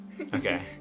Okay